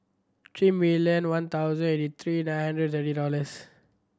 three million one thousand eighty three nine hundred thirty dollars